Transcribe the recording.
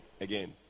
again